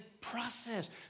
process